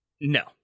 No